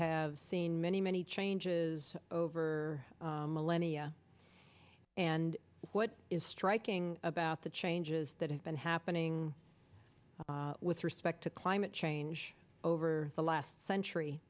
have seen many many changes over millennia and what is striking about the change that has been happening with respect to climate change over the last century